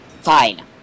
Fine